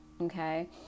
okay